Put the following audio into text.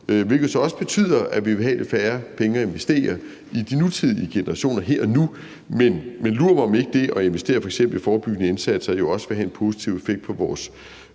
hvilket så også betyder, at vi vil have færre penge til at investere i de nutidige generationer her og nu. Men lur mig, om ikke det at investere f.eks. i forebyggende indsatser også vil have en positiv effekt på vores